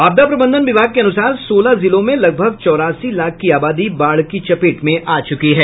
आपदा प्रबंधन विभाग के अनुसार सोलह जिलों में लगभग चौरासी लाख की आबादी बाढ़ की चपेट में आ चुकी है